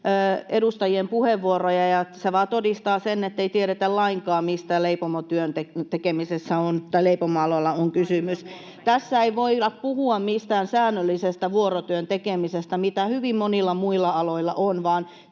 edustajien puheenvuoroja, se vaan todistaa sen, ettei tiedetä lainkaan, mistä leipomoalalla on kysymys. [Vasemmalta: Ai yövuoro?] Tässä ei voida puhua mistään säännöllisestä vuorotyön tekemisestä, mitä hyvin monilla muilla aloilla on,